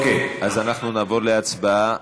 אוקיי, אז אנחנו נעבור להצבעה.